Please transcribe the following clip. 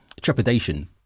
trepidation